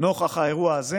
נוכח האירוע הזה